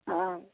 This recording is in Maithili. हॅं